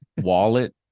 wallet